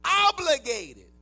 obligated